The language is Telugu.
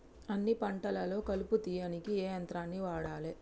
అన్ని పంటలలో కలుపు తీయనీకి ఏ యంత్రాన్ని వాడాలే?